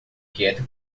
quieto